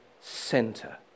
center